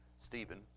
Stephen